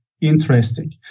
interesting